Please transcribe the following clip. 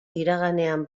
iraganean